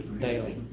daily